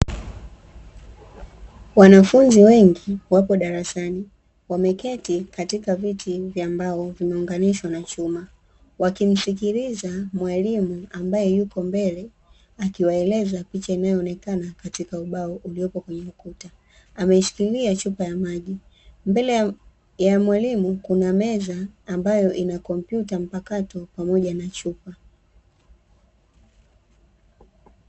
Wanafunzi wengi wapo darasani wameketi katika viti vya mbao vimeunganishwa na chuma, wakimsikiliza mwalimu ambaye yuko mbele akiwaeleza picha inayoonekana katika ubao uliopo kwenye ukuta; ameishikilia chupa ya maji. Mbele ya mwalimu kuna meza ambayo ina kompyuta mpakato pamoja na chupa.